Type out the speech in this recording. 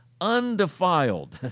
undefiled